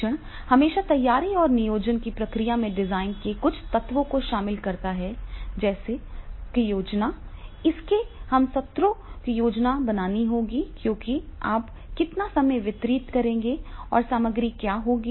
शिक्षण हमेशा तैयारी और नियोजन की प्रक्रिया में डिजाइन के कुछ तत्वों को शामिल करता है जैसे सत्र की योजना इसलिए हमें सत्रों की योजना बनानी होगी क्योंकि आप कितना समय वितरित करेंगे और सामग्री क्या होगी